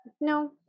No